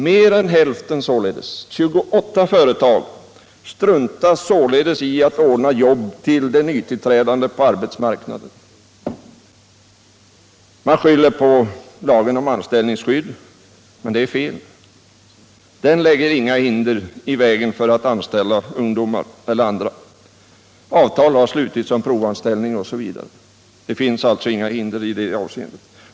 Mer än hälften av företagen, dvs. 28, struntar således i att ordna jobb för de nytillträdande på arbetsmarknaden. Man skyller på lagen om anställningsskydd, men det är fel! Den lägger inga hinder i vägen för att anställa någon. Avtal har slutits om provanställning osv. Det finns alltså inga hinder i det avseendet.